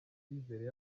icyizere